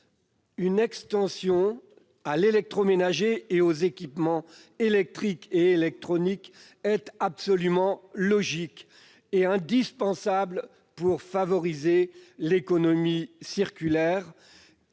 Une extension à l'électroménager et aux équipements électriques et électroniques est à la fois logique et indispensable pour favoriser l'économie circulaire